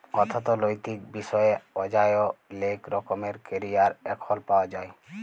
অথ্থলৈতিক বিষয়ে অযায় লেক রকমের ক্যারিয়ার এখল পাউয়া যায়